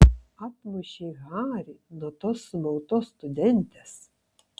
atmušei harį nuo tos sumautos studentės